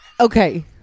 Okay